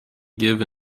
give